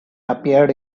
appeared